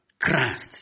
Christ